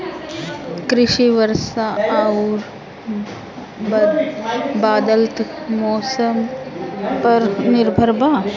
कृषि वर्षा आउर बदलत मौसम पर निर्भर बा